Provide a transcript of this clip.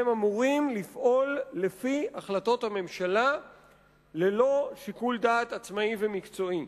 הם אמורים לפעול לפי החלטות הממשלה ללא שיקול דעת עצמאי ומקצועי.